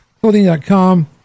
Clothing.com